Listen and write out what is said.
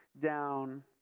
down